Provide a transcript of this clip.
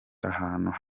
ahubwo